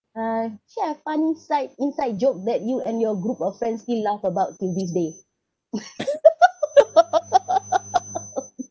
uh share a funny like inside joke that you and your group of friends still laugh about till this day